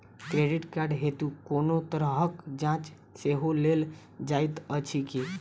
Credit card हेतु कोनो तरहक चार्ज सेहो लेल जाइत अछि की?